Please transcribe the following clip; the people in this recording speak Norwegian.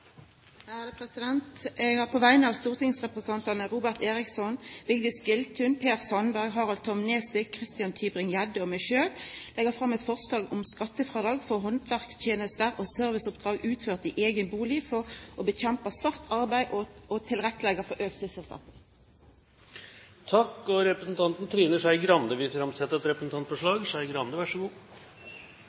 vil på vegner av stortingsrepresentantane Robert Eriksson, Vigdis Giltun, Per Sandberg, Harald T. Nesvik, Christian Tybring-Gjedde og meg sjølv leggja fram eit forslag om skattefrådrag for handverkstenester og serviceoppdrag utførde i eigen bustad for å kjempa mot svart arbeid og å leggja til rette for auka sysselsetjing. Representanten Trine Skei Grande vil framsette et representantforslag.